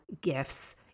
gifts